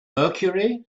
mercury